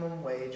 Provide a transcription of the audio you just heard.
wage